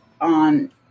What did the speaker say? on